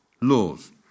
laws